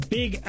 big